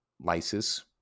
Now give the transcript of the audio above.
lysis